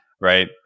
right